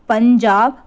Punjab